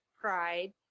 pride